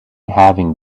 having